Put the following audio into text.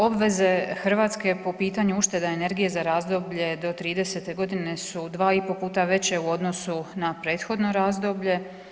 Obveze Hrvatske po pitanju uštede energije za razdoblje do '30.g. su dva i po puta veće u odnosu na prethodno razdoblje.